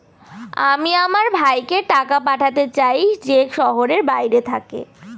আমি আমার ভাইকে টাকা পাঠাতে চাই যে শহরের বাইরে থাকে